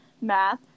math